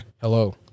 hello